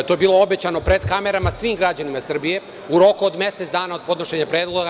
To je bilo obećano pred kamerama svim građanima Srbije u roku od mesec dana od podnošenja predloga.